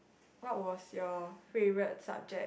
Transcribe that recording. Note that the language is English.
what was your favourite subject